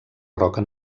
roca